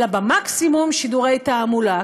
אלא מקסימום שידורי תעמולה.